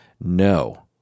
No